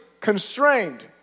constrained